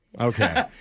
Okay